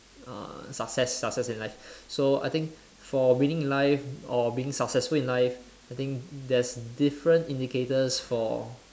uh success success in life so I think for winning in life or being successful in life I think there's different indicators for